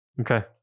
Okay